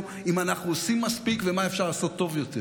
אם אנחנו עושים מספיק ומה אפשר לעשות טוב יותר,